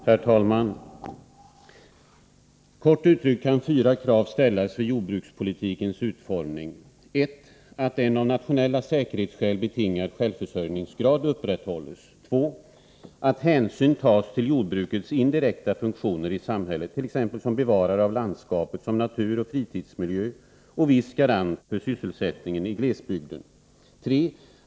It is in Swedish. Herr talman! Kort uttryckt kan fyra krav ställas vid jordbrukspolitikens utformning: 1. Att en av nationella säkerhetsskäl betingad självförsörjningsgrad upprätthålls. 2. Att hänsyn tas till jordbrukets indirekta funktioner i samhället, t.ex. som bevarare av landskapet som naturoch fritidsmiljö och viss garant för sysselsättningen i glesbygden. 3.